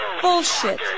bullshit